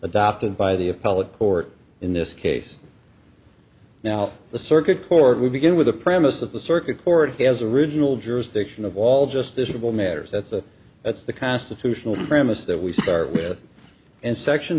adopted by the appellate court in this case now the circuit court we begin with the premise of the circuit court has original jurisdiction of all just visual matters that's a that's the constitutional premise that we start with and section